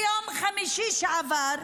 ביום חמישי שעבר,